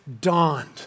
dawned